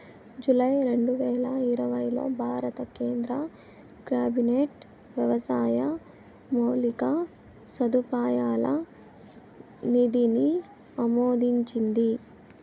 July రెండువేల ఇరవైలో భారత కేంద్ర క్యాబినెట్ వ్యవసాయ మౌలిక సదుపాయాల నిధిని ఆమోదించింది